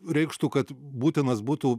reikštų kad būtinas būtų